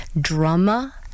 drama